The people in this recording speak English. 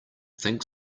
think